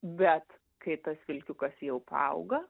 bet kai tas vilkiukas jau paauga